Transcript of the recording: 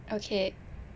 okay